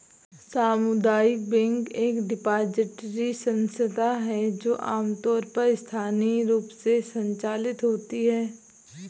सामुदायिक बैंक एक डिपॉजिटरी संस्था है जो आमतौर पर स्थानीय रूप से संचालित होती है